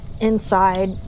inside